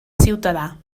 ciutadà